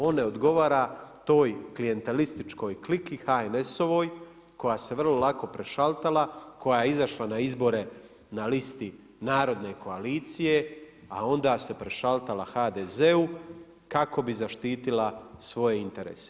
On ne odgovara toj klijentelističkoj kliki HNS-ovoj koja se vrlo lako prešaltala, koja je izašla na izbore na listi narodne koalicije, a onda se prešaltala HDZ-u kako bi zaštitila svoje interese.